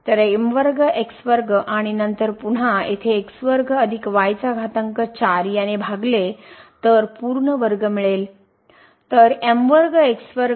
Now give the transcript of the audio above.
तर आणि नंतर पुन्हा येथे याने भागले तर पूर्ण वर्ग मिळेल